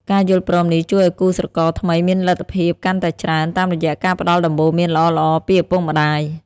ការយល់ព្រមនេះជួយឱ្យគូស្រករថ្មីមានលទ្ធភាពកាន់តែច្រើន តាមរយៈការផ្ដល់ដំបូន្មានល្អៗពីឪពុកម្ដាយ។